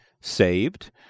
saved